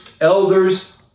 elders